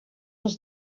els